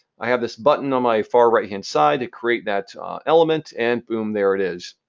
i have this button on my far right-hand side to create that element, and boom, there it is.